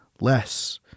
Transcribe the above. less